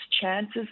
chances